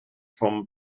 from